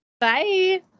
Bye